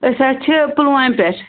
أسۍ حظ چھِ پُلوامہِ پیٚٹھٕ